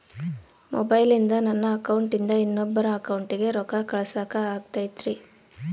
ಮೊಬೈಲಿಂದ ನನ್ನ ಅಕೌಂಟಿಂದ ಇನ್ನೊಬ್ಬರ ಅಕೌಂಟಿಗೆ ರೊಕ್ಕ ಕಳಸಾಕ ಆಗ್ತೈತ್ರಿ?